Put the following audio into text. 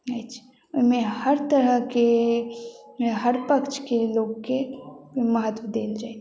अछि ओहिमे हर तरहके हर पक्षके लोककेँ महत्व देल जाइत अछि